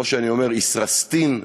כמו שאני אומר, ישראסטין,